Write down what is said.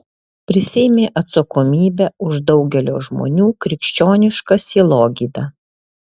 prisiėmė atsakomybę už daugelio žmonių krikščionišką sielogydą